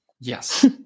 Yes